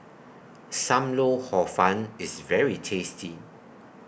SAM Lau Hor Fun IS very tasty